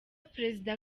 perezida